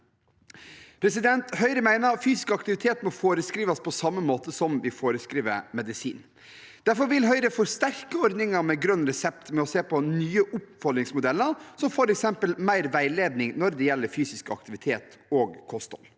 type 2. Høyre mener at fysisk aktivitet må foreskrives på samme måte som vi foreskriver medisin. Derfor vil Høyre forsterke ordningen med grønn resept ved å se på nye oppfordringsmodeller, som f.eks. mer veiledning når det gjelder fysisk aktivitet og kosthold.